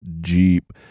Jeep